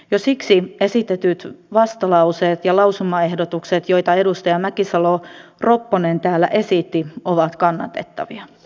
jo siksi esitetyt vastalauseet ja lausumaehdotukset joita edustaja mäkisalo ropponen täällä esitti ovat kannatettavia